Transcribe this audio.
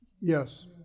Yes